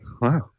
Wow